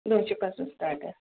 नऊशेपासून start आहे